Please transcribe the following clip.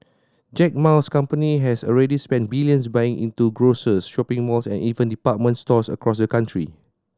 Jack Ma's company has already spent billions buying into grocers shopping malls and even department stores across the country